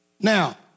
Now